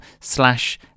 slash